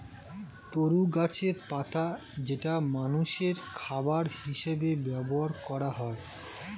তরু গাছের পাতা যেটা মানুষের খাবার হিসেবে ব্যবহার করা হয়